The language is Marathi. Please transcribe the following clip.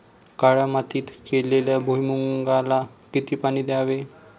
काळ्या मातीत केलेल्या भुईमूगाला किती पाणी द्यावे?